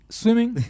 swimming